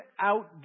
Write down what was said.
out